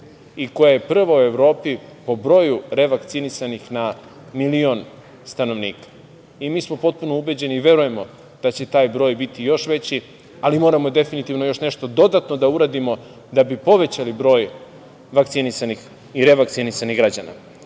i koja je prva u Evropi po broju revakcinisanih na milion stanovnika i mi smo potpuno ubeđeni i verujemo da će taj broj biti još veći, ali moramo definitivno još nešto dodatno da uradimo da bi povećali broj vakcinisanih i revakcinisanih građana. Po